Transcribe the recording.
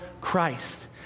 Christ